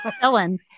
Ellen